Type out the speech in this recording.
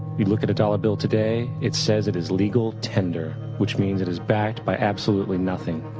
you look at a dollar bill today it says it is legal tender, which means it is backed by absolutely nothing.